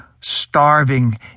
Starving